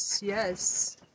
yes